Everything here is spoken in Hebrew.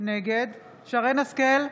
נגד שרן מרים השכל,